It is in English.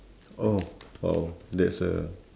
oh !wow! that's